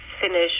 finish